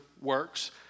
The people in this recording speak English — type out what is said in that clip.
works